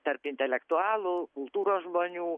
tarp intelektualų kultūros žmonių